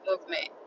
movement